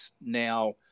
now